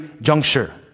juncture